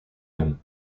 him